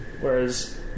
Whereas